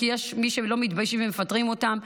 כי יש מי שלא מתביישים ומפטרים אותן,